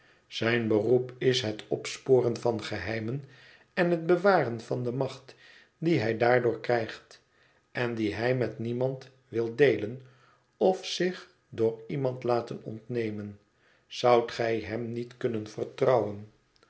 zijn beroep is het opsporen van geheimen en het bewaren van de macht die hij daardoor krijgt en die hij met niemand wil deelen of zich door iemand laten ontnemen zoudt gij hem niet kunnen vertrouwen